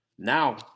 Now